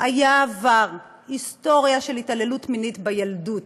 היה עבר, היסטוריה, של התעללות מינית בילדות.